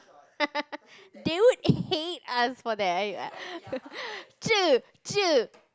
they would hate us for that cher cher